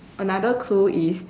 another clue is